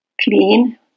clean